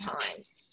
times